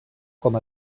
com